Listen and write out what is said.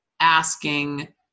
asking